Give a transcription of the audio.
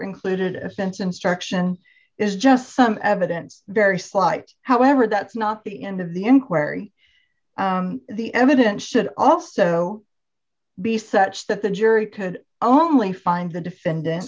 included offense instruction is just some evidence very slight however that's not the end of the inquiry the evidence should also be sets that the jury could only find the defendant